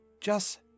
Just